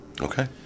Okay